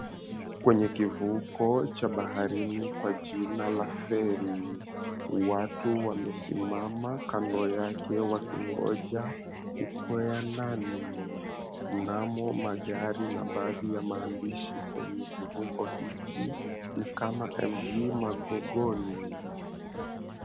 Kwenye kivuko cha baharini kwa jina la feri, watu wamesimama kando yake wakingoja kukwea ndani. Mnamo magari na baadhi ya maandishi kwenye kivuko hiki ni kama Mv Magogoni.